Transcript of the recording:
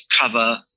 cover